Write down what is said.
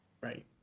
Right